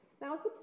Now